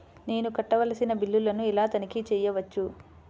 నేను కట్టవలసిన బిల్లులను ఎలా తనిఖీ చెయ్యవచ్చు?